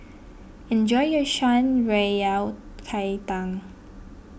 enjoy your Shan Rui Yao Cai Tang